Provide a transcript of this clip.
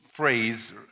phrase